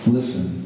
Listen